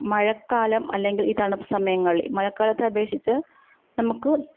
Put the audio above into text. മഴക്കാലം അല്ലെങ്കിൽ ഈ തണുപ്പ് സമയങ്ങളിൽ മഴക്കാലത്തേ അപേക്ഷിച്ച് നമുക്ക്